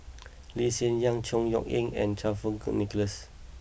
Lee Hsien Yang Chor Yeok Eng and Fang Kuo Wei Nicholas